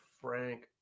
Frank